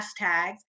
hashtags